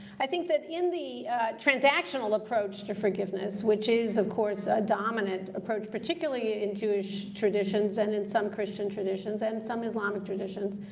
i think that in the transactional approach to forgiveness, which is, of course, a dominant approach, particularly in jewish traditions and in some christian traditions and some islamic traditions.